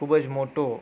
ખૂબ જ મોટો